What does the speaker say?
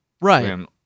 Right